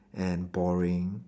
and boring